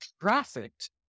trafficked